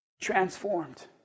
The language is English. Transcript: transformed